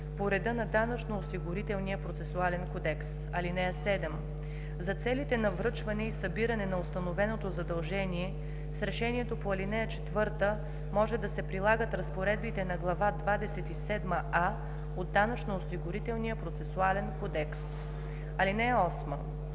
по реда на Данъчно-осигурителния процесуален кодекс. (7) За целите на връчване и събиране на установеното задължение с решението по ал. 4 може да се прилагат разпоредбите на Глава двадесет и седма „а“ от Данъчно-осигурителния процесуален кодекс. (8)